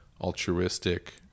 altruistic